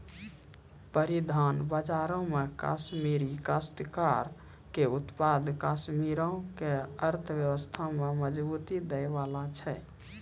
परिधान बजारो मे कश्मीरी काश्तकार के उत्पाद कश्मीरो के अर्थव्यवस्था में मजबूती दै बाला छै